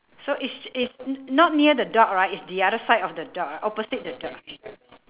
so it's it's not n~ near the dog right is the other side of the dog ah opposite the dog